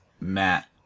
Matt